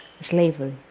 slavery